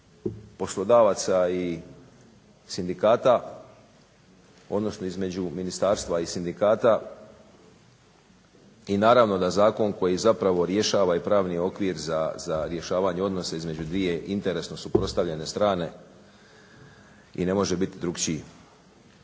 poslodavaca i sindikata odnosno između ministarstva i sindikata i naravno da zakon koji zapravo rješava i pravni okvir za rješavanje odnosa između dvije interesno suprotstavljene strane i ne može biti drukčiji.